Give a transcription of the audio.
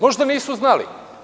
Možda nisu znali?